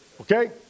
okay